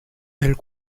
elle